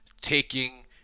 taking